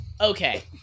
okay